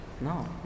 No